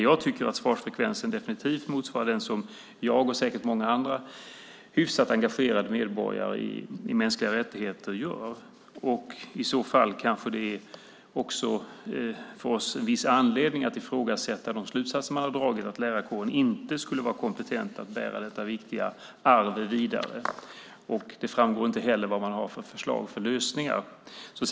Jag anser att svarsfrekvensen definitivt motsvarar de kunskaper som jag och säkert många andra i mänskliga rättigheter hyfsat engagerade medborgare har. I så fall kanske det finns viss anledning att ifrågasätta de slutsatser man dragit, alltså att lärarkåren inte skulle vara kompetent att bära detta viktiga arv vidare. Av rapporten framgår heller inte vilka förslag till lösningar man har.